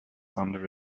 under